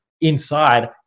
inside